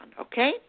okay